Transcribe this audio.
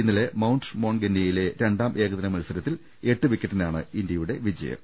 ഇന്നലെ മൌണ്ട് മോൺഗന്യയിലെ രണ്ടാം ഏകദിന മത്സരത്തിൽ എട്ട് വിക്കറ്റിനാണ് ഇന്ത്യയുടെ ജയം